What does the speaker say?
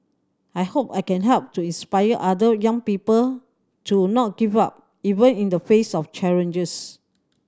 I hope I can help to inspire other young people to not give up even in the face of challenges